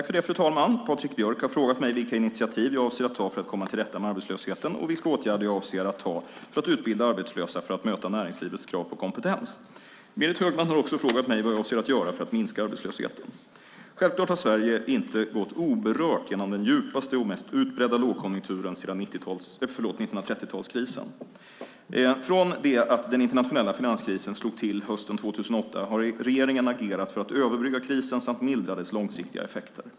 Fru talman! Patrik Björck har frågat mig vilka initiativ jag avser att ta för att komma till rätta med arbetslösheten och vilka åtgärder jag avser att vidta för att utbilda arbetslösa för att möta näringslivets krav på kompetens. Berit Högman har också frågat mig vad jag avser att göra för att minska arbetslösheten. Självklart har Sverige inte gått oberört genom den djupaste och mest utbredda lågkonjunkturen sedan 1930-talskrisen. Från det att den internationella finanskrisen slog till hösten 2008 har regeringen agerat för att överbrygga krisen samt mildra dess långsiktiga effekter.